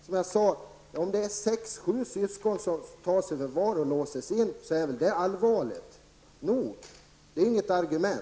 Det är allvarligt nog även när sex eller sju syskon tas i förvar och låses in.